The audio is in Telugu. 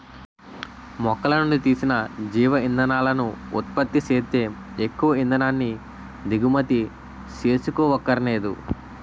మొక్కలనుండి తీసిన జీవ ఇంధనాలను ఉత్పత్తి సేత్తే ఎక్కువ ఇంధనాన్ని దిగుమతి సేసుకోవక్కరనేదు